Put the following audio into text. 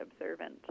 observant